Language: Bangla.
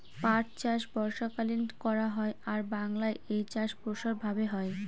পাট চাষ বর্ষাকালীন করা হয় আর বাংলায় এই চাষ প্রসার ভাবে হয়